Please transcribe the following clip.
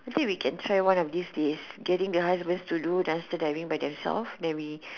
actually we can try one of these day getting the husband to do dumpster diving by themselves then we